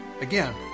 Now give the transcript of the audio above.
Again